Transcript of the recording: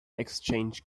exchange